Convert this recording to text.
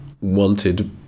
wanted